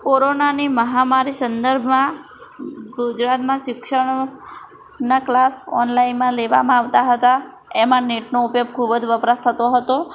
કોરોનાની મહામારી સંદર્ભમાં ગુજરાતમાં શિક્ષણ ના ક્લાસ ઓનલાઇનમાં લેવામાં આવતા હતા એમાં નેટનો ઉપયોગ ખૂબ જ વપરાશ થતો હતો